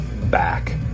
back